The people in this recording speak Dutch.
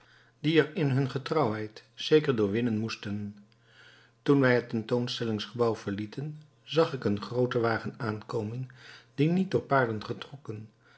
die er in getrouwheid zeker door winnen moesten toen wij het tentoonstellingsgebouw verlieten zag ik een grooten wagen aankomen die niet door paarden getrokken